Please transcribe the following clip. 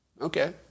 Okay